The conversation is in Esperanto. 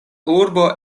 urbo